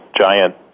giant